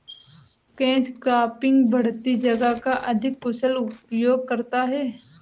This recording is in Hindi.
कैच क्रॉपिंग बढ़ती जगह का अधिक कुशल उपयोग करता है